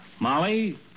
Molly